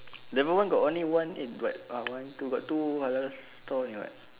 level one got only one eat what uh one two got other stall only [what]